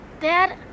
Dad